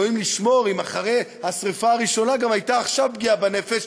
אלוהים ישמור אם אחרי השרפה הראשונה גם הייתה עכשיו פגיעה בנפש,